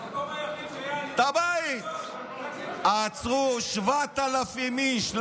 המקום היחיד שהייתה אלימות, עצרו 7,000 איש.